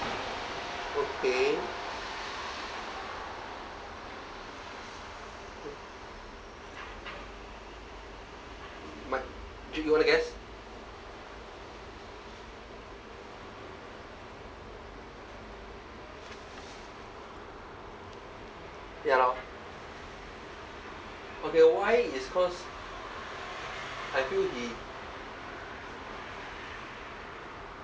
okay m~ do you want to guess ya lor okay why is cause I feel the